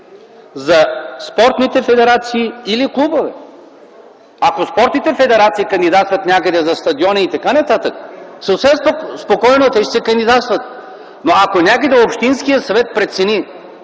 „за спортните федерации или клубове”? Ако спортните федерации кандидатстват някъде за стадиони и т.н., те съвсем спокойно ще кандидатстват, но ако някъде общинският съвет прецени